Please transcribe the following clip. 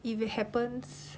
if it happens